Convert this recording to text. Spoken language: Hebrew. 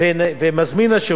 ומזמין השירות